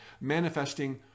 manifesting